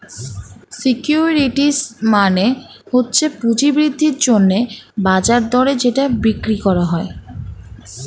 securities মানে হচ্ছে পুঁজি বৃদ্ধির জন্যে বাজার দরে যেটা বিক্রি করা যায়